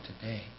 today